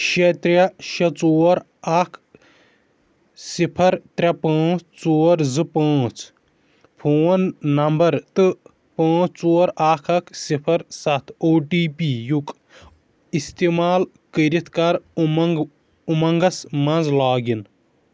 شےٚ ترٛےٚ شےٚ ژور اَکھ صِفر ترٛےٚ پٲنٛژھ ژور زٕ پٲنٛژھ فون نمبر تہٕ پٲنٛژھ ژور اَکھ اَکھ صِفر سَتھ او ٹی پی یُک اِستعمال کٔرِتھ کَر اُمنٛگ اُمنٛگس مَنٛز لاگ اِن